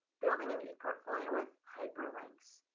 building an eportfolio with hyperlinks.